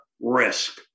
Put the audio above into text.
risk